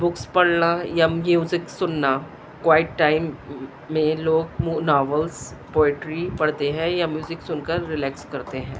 books پڑھنا یا music سننا کوائٹ ٹائم میں لوگ مناولس پوئٹری پڑھتے ہیں یا میوزک سن کر رلیکس کرتے ہیں